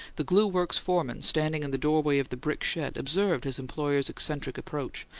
the glue-works foreman, standing in the doorway of the brick shed, observed his employer's eccentric approach,